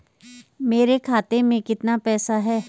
मेरे खाते में कितना पैसा है?